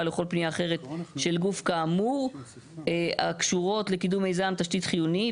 או לכל פנייה אחרת של גוף כאמור הקשורות לקידום מיזם תשתית חיוני,